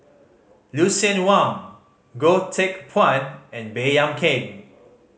Lucien Wang Goh Teck Phuan and Baey Yam Keng